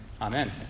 Amen